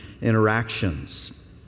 interactions